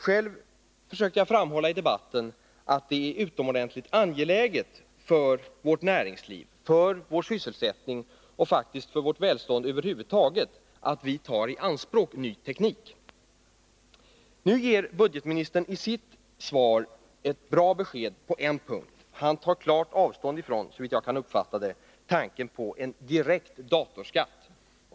I debatten försökte jag framhålla att det är utomordentligt angeläget för vårt näringsliv, för vår sysselsättning och faktiskt för vårt välstånd över huvud taget att vi tar i anspråk ny teknik. Budgetministern ger i sitt svar ett bra besked på en punkt. Han tar, såvitt jag uppfattar det, klart avstånd ifrån tanken på en direkt datorskatt.